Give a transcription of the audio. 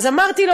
אמרתי: